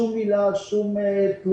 ובלי אף מילה ושום תלונה.